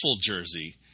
jersey